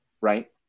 right